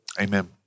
amen